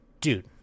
Dude